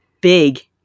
big